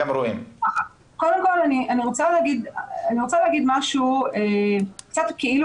קודם כל אני רוצה להגיד משהו קצת כאילו